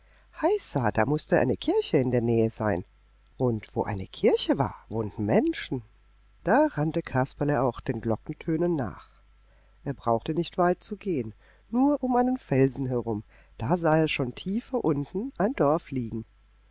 heisa da mußte eine kirche in der nähe sein und wo eine kirche war wohnten menschen da rannte kasperle auch den glockentönen nach er brauchte nicht weit zu gehen nur um einen felsen herum da sah er schon tiefer unten ein dorf liegen